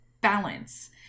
balance